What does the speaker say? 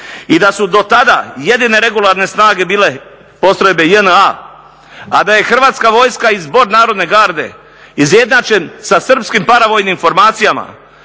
i da su do tada jedine regularne snage bile postrojbe JNA, a da je Hrvatska vojska i Zbor narodne garde izjednačen sa srpskim paravojnim formacijama,